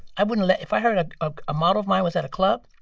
i wouldn't let if i heard a ah a model of mine was at a club,